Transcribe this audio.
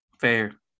Fair